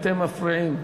אתם מפריעים.